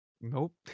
Nope